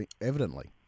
evidently